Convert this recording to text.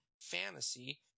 fantasy